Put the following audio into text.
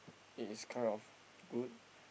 it is kind of good